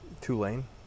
Tulane